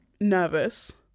nervous